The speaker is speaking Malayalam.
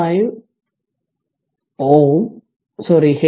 5 Ω സോറി 0